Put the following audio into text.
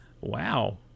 Wow